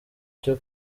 cyo